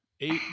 Eight